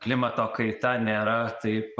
klimato kaita nėra taip